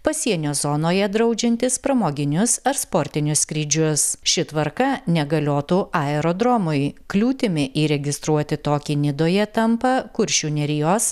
pasienio zonoje draudžiantis pramoginius ar sportinius skrydžius ši tvarka negaliotų aerodromui kliūtimi įregistruoti tokį nidoje tampa kuršių nerijos